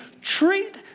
treat